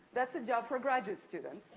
that's a job for graduate students.